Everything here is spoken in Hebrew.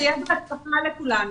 שיהיה בהצלחה לכולנו.